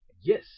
Yes